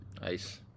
Nice